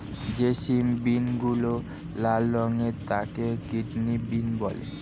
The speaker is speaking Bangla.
যে সিম বিনগুলো লাল রঙের তাকে কিডনি বিন বলে